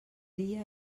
dia